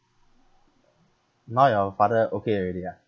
now your father okay already ah